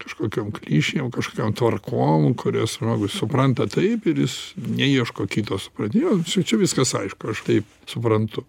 kažkokiom klišėm kažkokiom tvarkom kurias žmogus supranta taip ir jis neieško kitos pradėjo čia čia viskas aišku aš taip suprantu